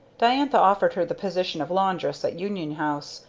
diantha offered her the position of laundress at union house,